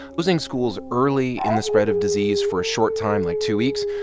closing schools early in the spread of disease for a short time, like two weeks,